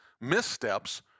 missteps